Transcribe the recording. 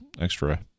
extra